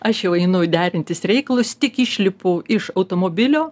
aš jau einu derintis reikalus tik išlipu iš automobilio